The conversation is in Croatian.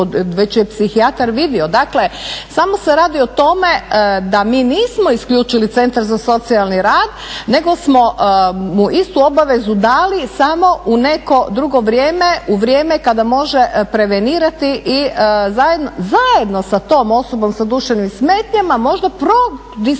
već je psihijatar vidio. Dakle, samo se radi o tome da mi nismo isključili centar za socijalni rad nego smo mu istu obavezu dali, samo u neko drugo vrijeme, u vrijeme kada može prevenirati i zajedno sa tom osobom sa duševnim smetnjama, možda prodiskutirati,